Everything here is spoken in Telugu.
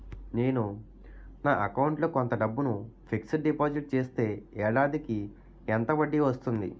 నేను నా అకౌంట్ లో కొంత డబ్బును ఫిక్సడ్ డెపోసిట్ చేస్తే ఏడాదికి ఎంత వడ్డీ వస్తుంది?